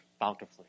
bountifully